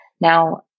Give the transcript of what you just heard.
Now